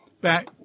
back